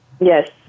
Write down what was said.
Yes